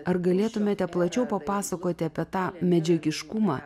ar galėtumėte plačiau papasakoti apie tą medžiagiškumą